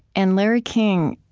and larry king,